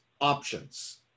options